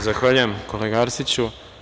Zahvaljujem, kolega Arsiću.